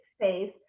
space